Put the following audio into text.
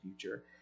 future